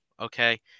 Okay